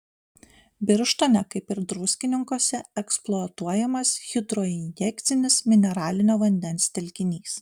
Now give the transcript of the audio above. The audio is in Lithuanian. birštone kaip ir druskininkuose eksploatuojamas hidroinjekcinis mineralinio vandens telkinys